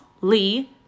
Lee